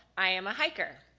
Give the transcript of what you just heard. i am a hiker.